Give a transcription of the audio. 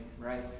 right